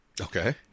Okay